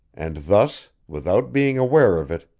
and thus, without being aware of it,